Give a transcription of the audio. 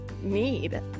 need